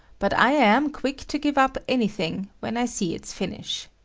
but i am quick to give up anything when i see its finish.